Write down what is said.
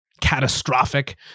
catastrophic